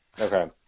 okay